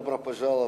(אומר דברים בשפה הרוסית).